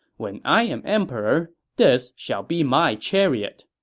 when i am emperor, this shall be my chariot!